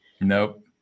nope